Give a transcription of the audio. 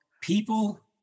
people